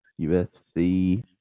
USC